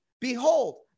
behold